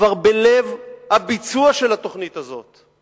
כבר בלב הביצוע של התוכנית הזאת.